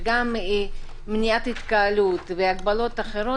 וגם מניעת התקהלות והגבלות אחרות,